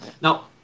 Now